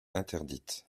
interdite